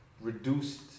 reduced